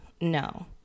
No